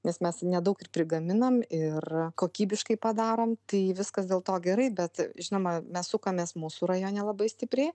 nes mes nedaug ir prigaminom ir kokybiškai padarom tai viskas dėl to gerai bet žinoma mes sukamės mūsų rajone labai stipriai